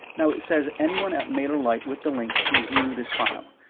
now it says anyone at mailerlite with the link can view this file.